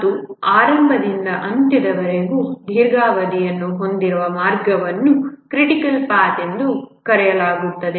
ಮತ್ತು ಆರಂಭದಿಂದ ಅಂತ್ಯದವರೆಗೆ ದೀರ್ಘಾವಧಿಯನ್ನು ಹೊಂದಿರುವ ಮಾರ್ಗವನ್ನು ಕ್ರಿಟಿಕಲ್ ಪಾಥ್critical path ಎಂದು ಕರೆಯಲಾಗುತ್ತದೆ